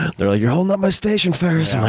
they're like, you're holding up my station, ferriss!